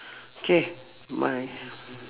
K my